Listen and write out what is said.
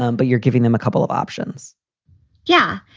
um but you're giving them a couple of options yeah.